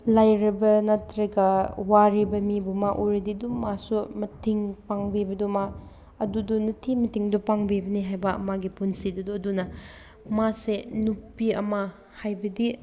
ꯂꯥꯏꯔꯕ ꯅꯠꯇ꯭ꯔꯒ ꯋꯥꯔꯤꯕ ꯃꯤꯕꯨ ꯃꯥ ꯎꯔꯗꯤ ꯑꯗꯨꯝ ꯃꯥꯁꯨ ꯃꯇꯦꯡ ꯄꯥꯡꯕꯤꯕꯗꯣ ꯃꯥ ꯑꯗꯨꯗꯨ ꯅꯨꯡꯇꯤ ꯃꯇꯦꯡꯗꯣ ꯄꯥꯡꯕꯤꯕꯅꯦ ꯍꯥꯏꯕ ꯃꯥꯒꯤ ꯄꯨꯟꯁꯤꯗꯨꯗꯣ ꯑꯗꯨꯅ ꯃꯥꯁꯦ ꯅꯨꯄꯤ ꯑꯃ ꯍꯥꯏꯕꯗꯤ